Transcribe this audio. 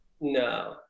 No